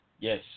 Yes